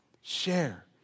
share